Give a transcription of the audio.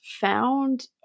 found